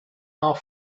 are